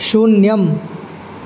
शून्यम्